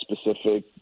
specific